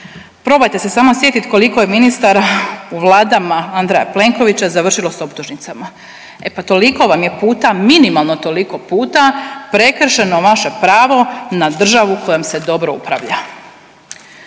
Probajte se samo sjetiti koliko je ministara u vladama Andreja Plenkovića završilo s optužnicama. E pa toliko vam je puta, minimalno toliko puta prekršeno vaše pravo na državu kojom se dobro upravlja.